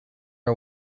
our